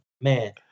man